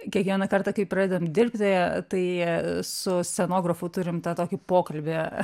kiekvieną kartą kai pradedam dirbti tai su scenografu turim tą tokį pokalbį